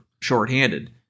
shorthanded